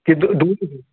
کہ